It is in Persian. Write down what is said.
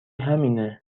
همینه